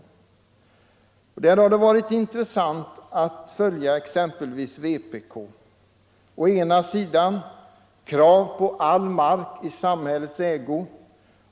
Men det har varit intressant att följa vpk:s agerande. Å ena sidan kräver vpk att all mark skall överföras i samhällets ägo.